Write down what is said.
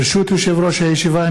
ברשות יושב-ראש הישיבה,